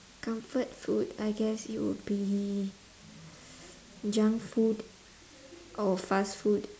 comfort food I guess it would be junk food or fast food